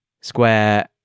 Square